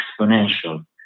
exponential